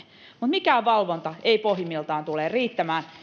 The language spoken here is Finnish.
mutta mikään valvonta ei pohjimmiltaan tule riittämään